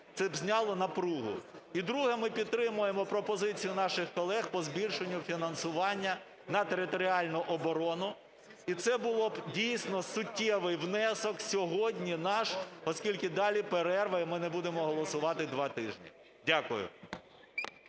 це б зняло напругу. І друге. Ми підтримуємо пропозицію наших колег по збільшенню фінансування на територіальну оборону, і це був би дійсно суттєвий внесок сьогодні наш, оскільки далі перерва і ми не будемо голосувати два тижні. Дякую.